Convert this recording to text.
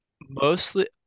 Mostly